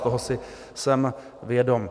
Toho si jsem vědom.